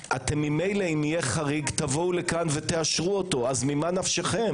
ממילא אם יהיה חריג תבואו לכאן ותאשרו אותו אז ממה נפשכם?